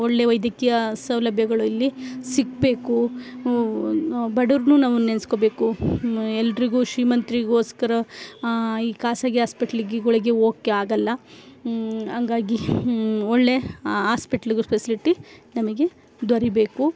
ಒಳ್ಳೆ ವೈದ್ಯಕೀಯ ಸೌಲಭ್ಯಗಳು ಇಲ್ಲಿ ಸಿಕ್ಬೇಕು ಹೂ ನಾವು ಬಡವರ್ನು ನಾವು ನೆನೆಸ್ಕೋಬೇಕು ಎಲ್ರಿಗೂ ಶ್ರೀಮಂತರಿಗೋಸ್ಕರ ಈ ಖಾಸಗಿ ಹಾಸ್ಪಿಟ್ಲುಗಳಿಗೆ ಹೋಕ್ಕೆ ಆಗೋಲ್ಲ ಹಂಗಾಗಿ ಒಳ್ಳೆ ಹಾಸ್ಪೆಟ್ಲಿಗು ಫೆಸ್ಲಿಟಿ ನಮಗೆ ದೊರಿಬೇಕು